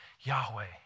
Yahweh